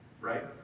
Right